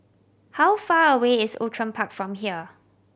how far away is Outram Park from here